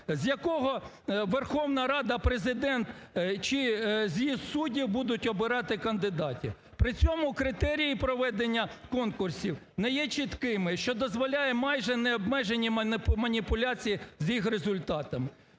з якого Верховна Рад, Президент чи з'їзд суддів будуть обирати кандидатів. При цьому критерії проведення конкурсів не є чіткими, що дозволяє майже необмежені маніпуляції з їх результатами.